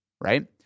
right